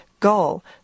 goal